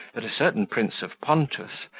that a certain prince of pontus,